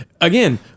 again